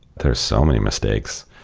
there are so many mistakes.